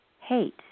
hate